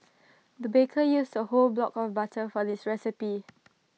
the baker used A whole block of butter for this recipe